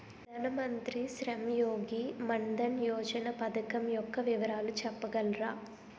ప్రధాన మంత్రి శ్రమ్ యోగి మన్ధన్ యోజన పథకం యెక్క వివరాలు చెప్పగలరా?